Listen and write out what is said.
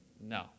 No